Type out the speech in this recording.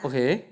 okay